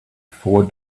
before